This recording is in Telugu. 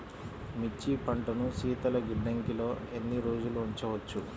మిర్చి పంటను శీతల గిడ్డంగిలో ఎన్ని రోజులు ఉంచవచ్చు?